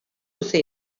luze